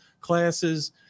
classes